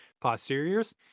posteriors